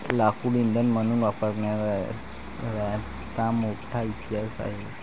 लाकूड इंधन म्हणून वापरण्याचा मोठा इतिहास आहे